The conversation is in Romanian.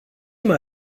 mai